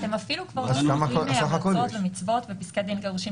אתם אפילו כבר לא כותבים המלצות --- ופסקי דין לגירושין